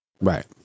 Right